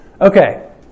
okay